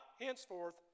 henceforth